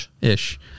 ish